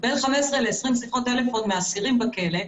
בין 15 ל-20 שיחות טלפון מאסירים בכלא.